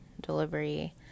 delivery